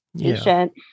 patient